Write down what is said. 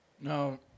No